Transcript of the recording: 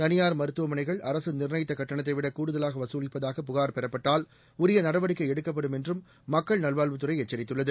தளியார் மருத்துவமனைகள் அரசு நிர்ணயித்த கட்டணத்தைவிட கூடுதல் வசூலிப்பதாக புகார் பெறப்பட்டால் உரிய நடவடிக்கை எடுக்கப்படும் என்றும் மக்கள் நல்வாழ்வுத்துறை எச்சரித்துள்ளது